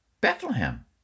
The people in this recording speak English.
Bethlehem